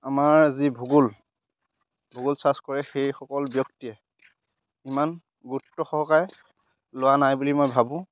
আমাৰ যি ভূগোল ভূগোল চাৰ্চ কৰে সেইসকল ব্যক্তিয়ে ইমান গুৰুত্ব সহকাৰে লোৱা নাই বুলি মই ভাবোঁ